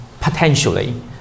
potentially